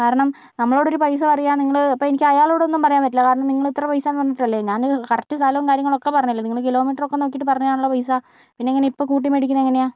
കാരണം നമ്മളോടൊരു പൈസ പറയുക നിങ്ങൾ അപ്പോൾ അയാളോട് എനിക്കൊന്നും പറയാൻ പറ്റില്ല കാരണം ഇത്ര പൈസാന്ന് പറഞ്ഞിട്ടല്ലേ ഞാൻ കറക്റ്റ് സ്ഥലോം കാര്യങ്ങളൊക്കെ പറഞ്ഞല്ലോ നിങ്ങൾ കിലോമീറ്റെർ ഒക്കെ നോക്കീട്ട് പറഞ്ഞതാണല്ലോ പൈസ പിന്നെങ്ങനെയാണ് ഇപ്പോൾ കൂട്ടി മേടിക്കുന്നത് എങ്ങനെയാണ്